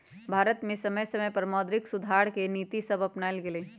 भारत में समय समय पर मौद्रिक सुधार के नीतिसभ अपानाएल गेलइ